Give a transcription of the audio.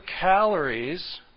calories